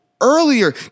Earlier